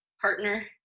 partner